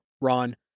ron